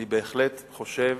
אני בהחלט חושב